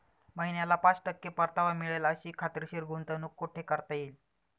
महिन्याला पाच टक्के परतावा मिळेल अशी खात्रीशीर गुंतवणूक कुठे करता येईल?